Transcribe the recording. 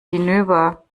hinüber